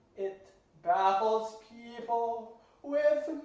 it baffles people with